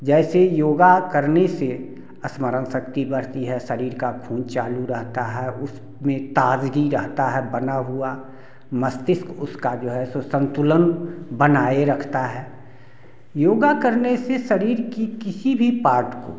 जैसे योग करने से स्मरण शक्ति बढ़ती है शरीर का खून चालू रहता है उसमें ताज़गी रहता है बना हुआ मस्तिष्क उसका जो है वो संतुलन बनाए रखता है योग करने से शरीर के किसी भी पार्ट को